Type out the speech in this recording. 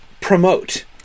promote